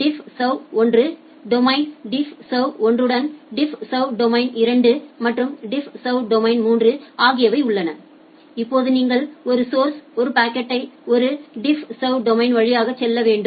DiffServ 1 domain DiffServ domain 1 DiffServ domain 2 மற்றும் DiffServ domain 3 ஆகியவை உள்ளன இப்போது நீங்கள் ஒரு சௌர்ஸிலிருந்து ஒரு பாக்கெட்யை ஒரு டெஸ்டினேஷன்க்கு மாற்றும் போதெல்லாம் இந்த மூன்று டிஃப்ஸர்வ் டொமைன் வழியாக செல்ல வேண்டும்